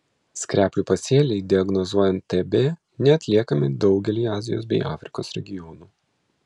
skreplių pasėliai diagnozuojant tb neatliekami daugelyje azijos bei afrikos regionų